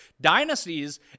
dynasties